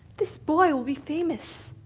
this boy will be famous.